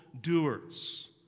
doers